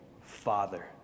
Father